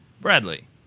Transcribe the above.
Bradley